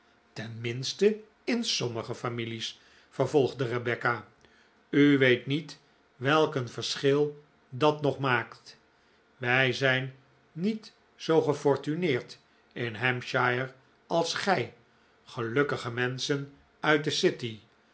in sommige families vervolgde rebecca ll weet niet welk een verschil dat nog maakt wij zijn niet zoo gefortuneerd in hampshire als gij gelukkige menschen uit de city